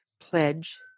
pledge